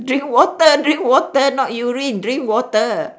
drink water drink water not urine drink water